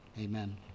Amen